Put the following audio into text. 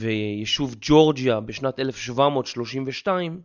וישוב ג'ורג'יה בשנת 1732